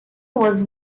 was